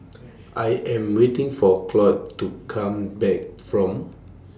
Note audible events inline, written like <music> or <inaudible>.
<noise> I Am waiting For Claud to Come Back from